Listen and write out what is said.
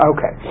Okay